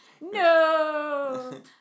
No